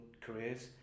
careers